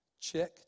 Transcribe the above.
Check